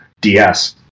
DS